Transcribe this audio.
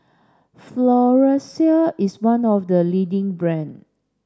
Floxia is one of the leading brand